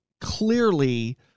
clearly –